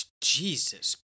Jesus